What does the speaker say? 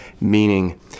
meaning